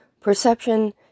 Perception